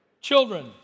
children